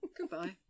Goodbye